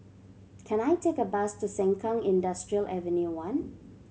can I take a bus to Sengkang Industrial Avenue One